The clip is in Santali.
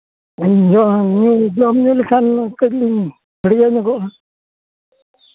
ᱡᱚᱢ ᱤᱭᱟᱹ ᱡᱚᱢ ᱧᱩ ᱞᱮᱠᱷᱟᱱ ᱠᱟᱹᱴᱤᱡ ᱞᱤᱧ ᱯᱷᱟᱹᱲᱭᱟᱹ ᱧᱚᱜᱚᱜᱼᱟ